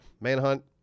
Manhunt